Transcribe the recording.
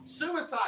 Suicide